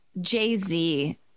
Jay-Z